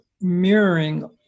mirroring